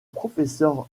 professeur